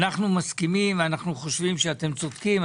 אנחנו מסכימים ואנחנו חושבים שאתם צודקים,